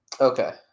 Okay